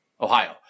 Ohio